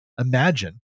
imagine